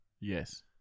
Yes